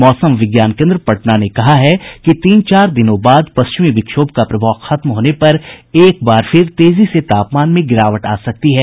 मौसम विज्ञान केन्द्र पटना ने कहा है कि तीन चार दिनों बाद पश्चिमी विक्षोभ का प्रभाव खत्म होने पर एक बार फिर तेजी से तापमान में गिरावट आ सकती है